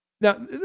now